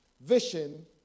vision